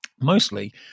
mostly